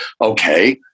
okay